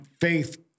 faith